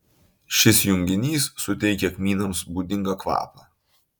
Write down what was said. šis junginys suteikia kmynams būdingą kvapą